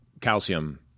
calcium